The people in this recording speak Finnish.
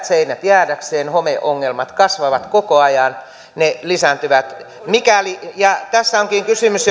seinät jäädäkseen homeongelmat kasvavat koko ajan ne lisääntyvät tässä onkin kysymys